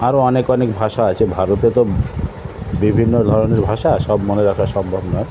আরো অনেক অনেক ভাষা আছে ভারতে তো বিভিন্ন ধরনের ভাষা সব মনে রাখা সম্ভব নয়